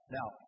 Now